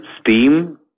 Steam